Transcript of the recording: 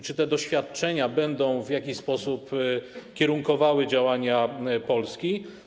Czy te doświadczenia będą w jakiś sposób kierunkowały działania Polski?